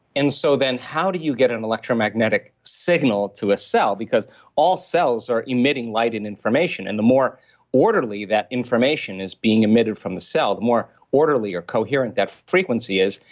and so then how do you get an electromagnetic signal to a cell? because all cells are emitting light and information and the more orderly that information is being emitted from the cell, the more orderly or coherent that frequency is,